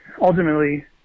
ultimately